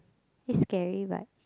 it's scary but